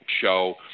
show